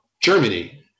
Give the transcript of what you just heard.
Germany